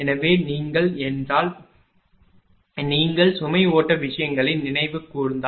எனவே நீங்கள் என்றால் நீங்கள் சுமை ஓட்ட விஷயங்களை நினைவு கூர்ந்தால்